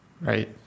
Right